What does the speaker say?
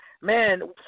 man